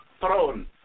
throne